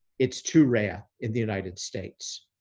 it's too rare in the united states.